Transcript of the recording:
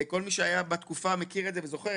כל מי שהיה בתקופה מכיר את זה וזוכר,